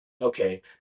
okay